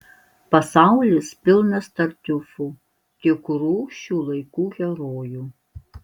pasaulis pilnas tartiufų tikrų šių laikų herojų